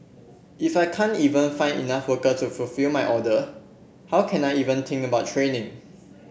if I can't even find enough workers to fulfil my order how can I even think about training